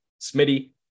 Smitty